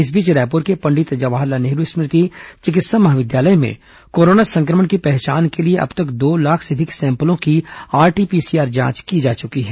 इस बीच रायपुर के पंडित जवाहरलाल नेहरू स्मृति चिकित्सा महाविद्यालय में कोरोना संक्रमण की पहचान के लिए अब तक दो लाख से अधिक सैंपलों की आरटी पीसीआर जांच की जा चुकी है